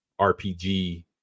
RPG